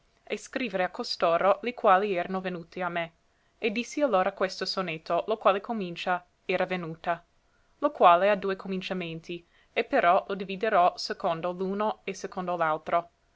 e scrivere a costoro li quali erano venuti a me e dissi allora questo sonetto lo quale comincia era venuta lo quale ha due cominciamenti e però lo dividerò secondo l'uno e secondo